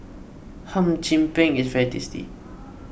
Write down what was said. Hum Chim Peng is very tasty